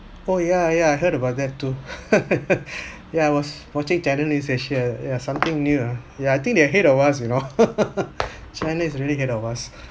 oh ya ya I heard about that too yeah I was watching channel news asia yeah something new ah yeah I think they're ahead of us you know china is really ahead of us